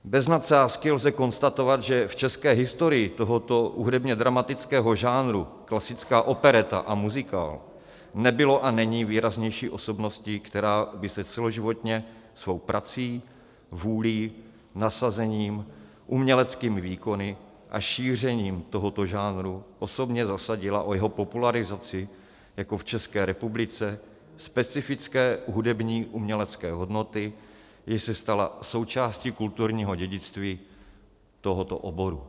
Bez nadsázky lze konstatovat, že v české historii tohoto hudebnědramatického žánru klasická opereta a muzikál nebylo a není výraznější osobnosti, která by se celoživotně svou prací, vůlí, nasazením, uměleckými výkony a šířením tohoto žánru osobně zasadila o jeho popularizaci jako v České republice specifické hudební umělecké hodnoty, jež se stala součástí kulturního dědictví tohoto oboru.